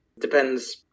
depends